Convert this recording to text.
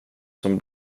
som